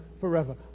forever